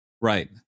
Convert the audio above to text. Right